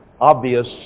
obvious